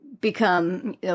become